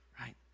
right